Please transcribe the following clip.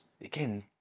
again